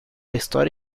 história